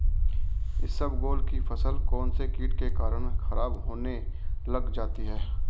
इसबगोल की फसल कौनसे कीट के कारण खराब होने लग जाती है?